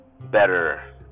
better